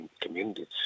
communities